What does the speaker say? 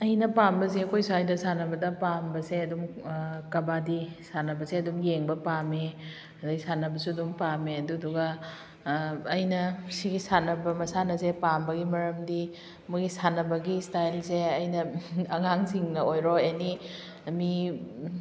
ꯑꯩꯅ ꯄꯥꯝꯕꯁꯦ ꯑꯩꯈꯣꯏ ꯁ꯭ꯋꯥꯏꯗ ꯁꯥꯟꯅꯕꯗ ꯄꯥꯝꯕꯁꯦ ꯑꯗꯨꯝ ꯀꯕꯥꯇꯤ ꯁꯥꯟꯅꯕꯁꯦ ꯑꯗꯨꯝ ꯌꯦꯡꯕ ꯄꯥꯝꯃꯦ ꯑꯗꯨꯗꯩ ꯁꯥꯟꯅꯕꯁꯨ ꯑꯗꯨꯝ ꯄꯥꯝꯃꯦ ꯑꯗꯨꯗꯨꯒ ꯑꯩꯅ ꯁꯤꯒꯤ ꯁꯥꯟꯅꯕ ꯃꯁꯥꯟꯅꯁꯦ ꯄꯥꯝꯕꯒꯤ ꯃꯔꯝꯗꯤ ꯃꯣꯏꯒꯤ ꯁꯥꯟꯅꯕꯒꯤ ꯁ꯭ꯇꯥꯏꯜꯁꯦ ꯑꯩꯅ ꯑꯉꯥꯡꯁꯤꯡꯅ ꯑꯣꯏꯔꯣ ꯑꯦꯅꯤ ꯃꯤ